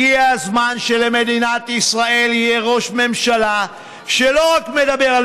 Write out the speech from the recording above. הגיע הזמן שלמדינת ישראל יהיה ראש ממשלה שלא רק מדבר על